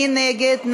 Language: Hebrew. מי נגד?